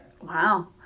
Wow